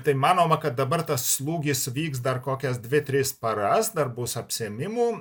tai manoma kad dabar tas slūgis vyks dar kokias dvi tris paras dar bus apsėmimų